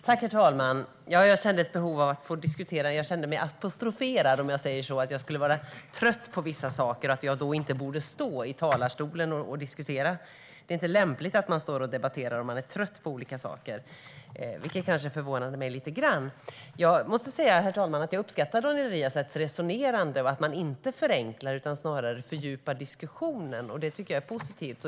Herr talman! Jag kände ett behov av att få diskutera eftersom jag kände mig apostroferad. Jag skulle tydligen vara trött på vissa saker och borde då inte stå i talarstolen och debattera. Detta förvånade mig lite. Herr talman! Jag uppskattar Daniel Riazats resonerande och att han inte förenklar utan snarare fördjupar diskussionen.